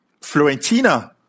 Florentina